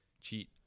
cheat